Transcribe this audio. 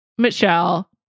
Michelle